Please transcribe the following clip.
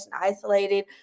isolated